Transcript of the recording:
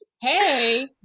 Hey